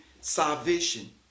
salvation